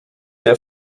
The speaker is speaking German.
der